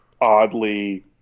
oddly